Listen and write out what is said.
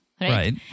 Right